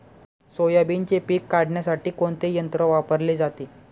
सोयाबीनचे पीक काढण्यासाठी कोणते यंत्र वापरले जाते?